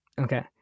Okay